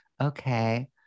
okay